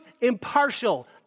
impartial